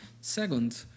second